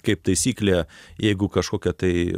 kaip taisyklė jeigu kažkokie tai